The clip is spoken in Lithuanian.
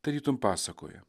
tarytum pasakoje